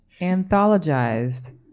anthologized